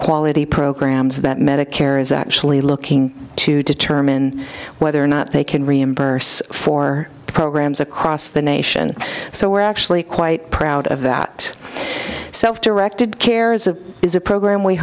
quality programs that medicare is actually looking to determine whether or not they can reimburse for programs across the nation so we're actually quite proud of that self directed care is a is a program we